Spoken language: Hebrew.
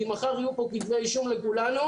כי מחר יהיו פה כתבי אישום לכולנו.